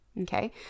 okay